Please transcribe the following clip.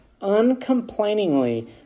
uncomplainingly